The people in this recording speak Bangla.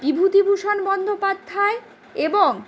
বিভূতিভূষণ বন্দোপাধ্যায় এবং